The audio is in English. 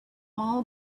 all